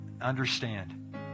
understand